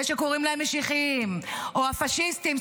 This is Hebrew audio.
אלה שקוראים להם משיחיים או הפשיסטים,